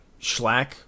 Schlack